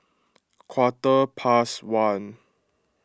quarter past one